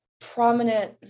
prominent